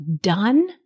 done